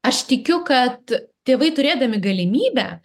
aš tikiu kad tėvai turėdami galimybę